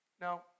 Now